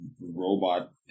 robot